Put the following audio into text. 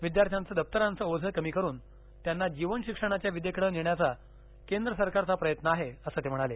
विद्यार्थ्यांचं दप्तराचं ओझं कमी करून त्यांना जीवन शिक्षणाच्या विद्येकडे नेण्याचा केंद्र सरकारचा प्रयत्न आहे असं ते म्हणाले